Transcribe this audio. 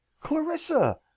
Clarissa